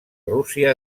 rússia